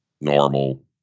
normal